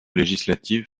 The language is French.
législatives